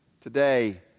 today